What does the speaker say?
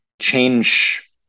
change